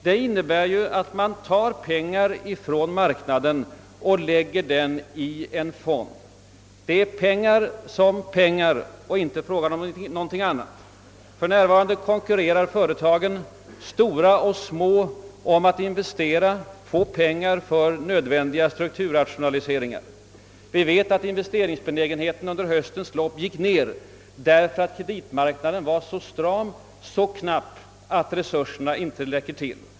Den innebär att man tar pengar från marknaden och lägger dem i en fond. Det är pengar som pengar och inte fråga om någonting annat. För närvarande konkurrerar företagen, stora och små, om att investera, få pengar för nödvändiga strukturrationaliseringar. Investeringsbenägenheten gick ned under höstens lopp därför att kreditmarknaden var så stram, så knapp att resurserna inte räckte till.